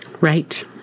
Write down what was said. right